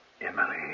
Emily